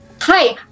Hi